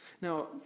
Now